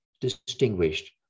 distinguished